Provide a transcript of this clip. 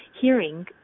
hearing